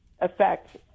affect